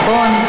נכון.